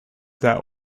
that